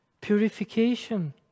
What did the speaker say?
purification